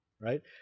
right